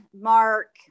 Mark